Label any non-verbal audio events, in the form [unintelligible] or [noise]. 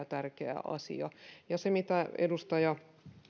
[unintelligible] tärkeä asia ja se mitä edustaja